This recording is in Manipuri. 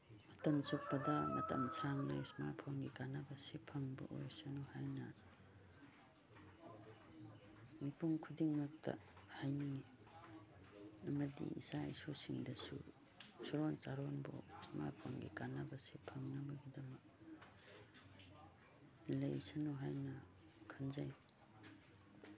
ꯃꯇꯝ ꯆꯨꯞꯄꯗ ꯃꯇꯝ ꯁꯥꯡꯅ ꯏꯁꯃꯥꯔꯠ ꯐꯣꯟꯒꯤ ꯀꯥꯟꯅꯕꯁꯤ ꯐꯪꯍꯕ ꯑꯣꯏꯔꯁꯅꯨ ꯍꯥꯏꯅ ꯃꯤꯄꯨꯝ ꯈꯨꯗꯤꯡꯃꯛꯇ ꯍꯥꯏꯅꯤꯡꯉꯤ ꯑꯃꯗꯤ ꯏꯆꯥ ꯏꯁꯨꯁꯤꯡꯗꯁꯨ ꯁꯨꯔꯣꯟ ꯆꯥꯔꯣꯟꯕꯨꯛ ꯏꯁꯃꯥꯔꯠ ꯐꯣꯟꯒꯤ ꯀꯥꯟꯅꯕꯁꯤ ꯐꯪꯅꯕꯒꯤꯗꯃꯛ ꯂꯩꯁꯅꯨ ꯍꯥꯏꯅ ꯈꯟꯖꯩ